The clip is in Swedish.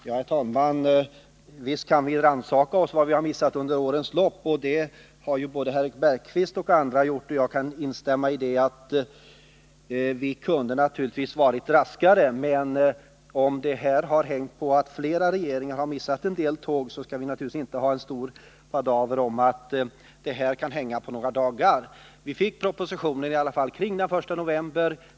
Herr talman! Visst kan vi rannsaka vad vi har missat under årens lopp, det har såväl herr Bergqvist som andra gjort. Och jag kan instämma i att vi naturligtvis kunde ha varit raskare. Men om detta har berott på att flera regeringar har missat en del tåg skall vi självfallet inte ha en stor palaver om att detta kan hänga på några dagar. Vi fick propositionen omkring den 1 november.